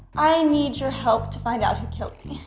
i need your help to find out who killed me.